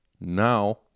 Now